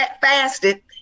fasted